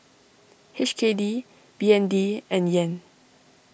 H K D B N D and Yen